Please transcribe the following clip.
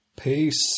Peace